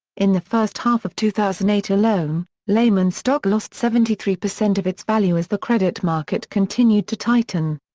in the first half of two thousand and eight alone, lehman stock lost seventy three percent of its value as the credit market continued to tighten.